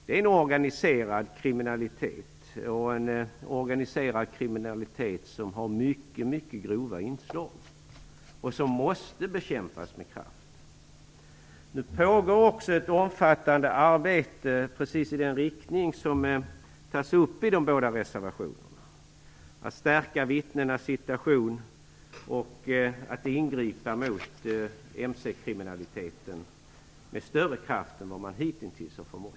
Det är fråga om en organiserad kriminalitet som har mycket grova inslag och som måste bekämpas med kraft. Det pågår också ett omfattande arbete i den riktning som tas upp i de båda reservationerna. Det gäller att stärka vittnenas situation och att ingripa mot mc-kriminaliteten med större kraft än vad man hitintills har förmått.